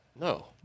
No